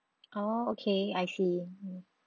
oh okay I see mm